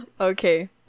Okay